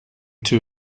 too